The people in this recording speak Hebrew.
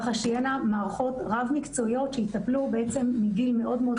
שתהיינה מערכות רב מקצועיות שיטפלו מגיל מאוד-מאוד